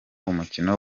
umukino